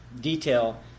detail